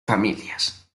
familias